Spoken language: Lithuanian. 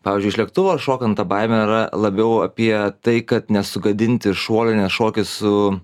pavyzdžiui iš lėktuvo šokant ta baimė yra labiau apie tai kad nesugadinti šuolio nes šoki su